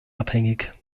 abhängig